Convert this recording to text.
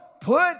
put